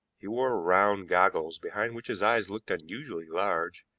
he wore round goggles behind which his eyes looked unusually large,